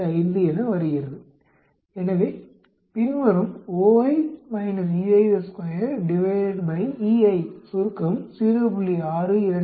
625 என வருகிறது எனவே பின்வரும் சுருக்கம் 0